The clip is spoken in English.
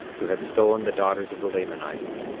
who had stolen the daughters of the lamanites,